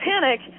panic